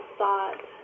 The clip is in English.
thought